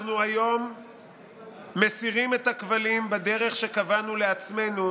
אנחנו היום מסירים את הכבלים בדרך שקבענו לעצמנו,